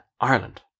Ireland